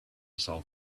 solve